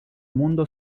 mundo